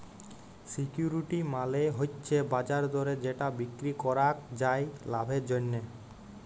security মালে হচ্যে বাজার দরে যেটা বিক্রি করাক যায় লাভের জন্যহে